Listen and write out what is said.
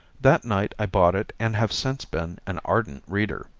that night i bought it and have since been an ardent reader.